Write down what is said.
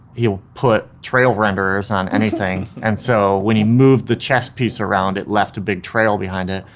he'll put trail renderers on anything, and so when you moved the chess piece around, it left a big trail behind it,